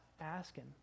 asking